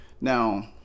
Now